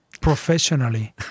professionally